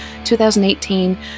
2018